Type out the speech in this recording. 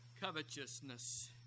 covetousness